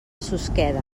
susqueda